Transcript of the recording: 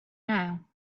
now